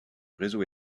réseau